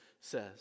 says